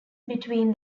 between